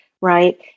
right